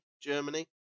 Germany